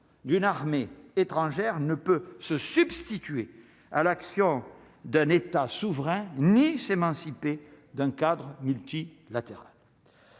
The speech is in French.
d'une armée étrangère ne peut se substituer à l'action d'un état souverain ni s'émanciper d'un cadre multi-latérales.